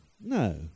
No